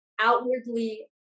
outwardly